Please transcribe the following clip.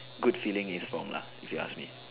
good feeling is from lah if you ask me